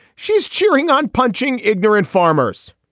she's cheering on punching, ignoring farmers.